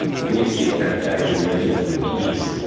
when you see black flags emerging from the east,